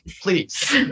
please